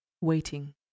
Waiting